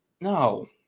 No